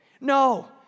No